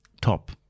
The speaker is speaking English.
top